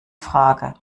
frage